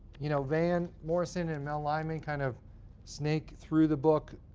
you know van morrison and mel lyman kind of snake through the book.